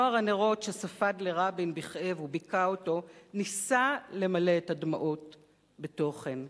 נוער הנרות שספד לרבין בכאב וביכה אותו ניסה למלא את הדמעות בתוכן,